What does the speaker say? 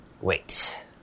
Wait